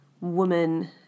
woman